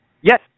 Yes